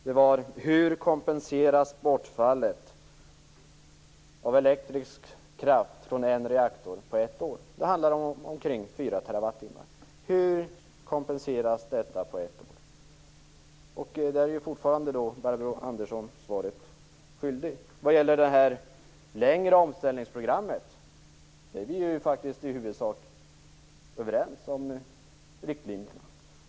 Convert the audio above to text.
Den var: Hur kompenseras bortfallet av elektrisk kraft från en reaktor på ett år? Det handlar om ca 4 TWh. Hur kompenseras detta på ett år? Där är fortfarande Barbro Andersson svaret skyldig. Vad gäller det längre omställningsprogrammet är vi i huvudsak överens om riktlinjerna.